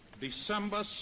December